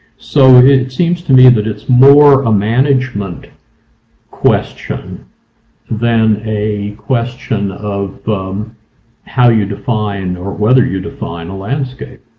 so it it seems to me that it's more a management question than a question of um how you define or whether you define a landscape.